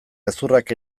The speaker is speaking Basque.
gezurrak